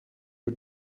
you